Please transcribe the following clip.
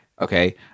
Okay